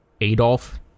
Adolf